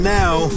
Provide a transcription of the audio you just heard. now